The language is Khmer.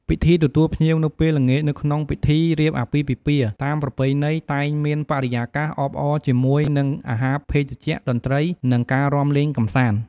ពិធីទទួលភ្ញៀវនៅពេលល្ងាចនៅក្នុងពិធី រៀបអាពាហ៍ពិពាហ៍តាមប្រពៃណីតែងមានបរិយាកាសអបអរជាមួយ នឹងអាហារភេសជ្ជៈតន្ត្រីនិងការរាំលេងកំសាន្ត។